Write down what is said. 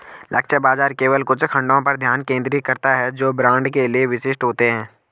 लक्ष्य बाजार केवल कुछ खंडों पर ध्यान केंद्रित करता है जो ब्रांड के लिए विशिष्ट होते हैं